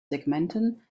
segmenten